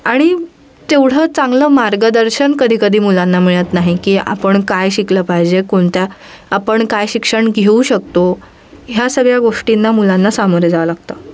आणि तेवढं चांगलं मार्गदर्शन कधी कधी मुलांना मिळत नाही की आपण काय शिकलं पाहिजे कोणत्या आपण काय शिक्षण घेऊ शकतो ह्या सगळ्या गोष्टींना मुलांना सामोरे जावं लागतं